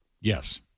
Yes